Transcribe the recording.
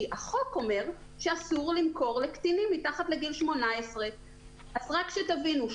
כי החוק אומר שאסור למכור לקטינים מתחת לגיל 18. רק שתבינו,